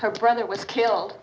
her brother was killed